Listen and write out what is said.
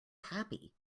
happy